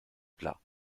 plat